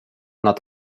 nad